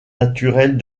naturelle